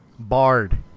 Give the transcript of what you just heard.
Bard